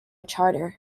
charter